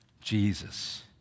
Jesus